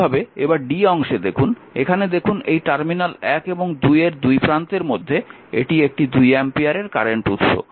একইভাবে এবার অংশে এখানে দেখুন এই টার্মিনাল 1 এবং 2 এর দুই প্রান্তের মধ্যে এটি একটি 2 অ্যাম্পিয়ারের কারেন্টের উত্স